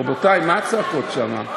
רבותי, מה הצעקות שם?